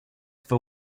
for